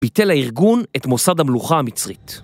פיתה לארגון את מוסד המלוכה המצרית.